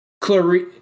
Clarice